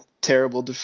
terrible